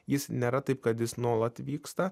jis nėra taip kad jis nuolat vyksta